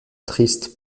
triste